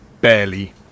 barely